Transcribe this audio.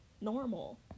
normal